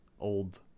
Old